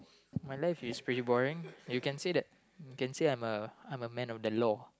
my life is pretty boring you can say that you can say I'm a I'm a man of the law